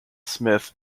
smith